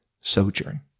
sojourn